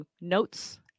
notes